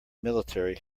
military